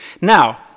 now